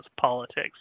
politics